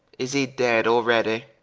is he dead alreadie?